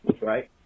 right